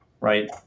right